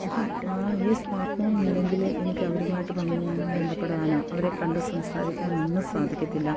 അപ്പം ആ ഈ സ്മാർട്ട് ഫോണില്ലെങ്കിൽ എനിക്ക് അവരുമായിട്ട് ബന്ധപ്പെടാനോ അവരെ കണ്ട് സംസാരിക്കാനൊന്നും സാധിക്കത്തില്ല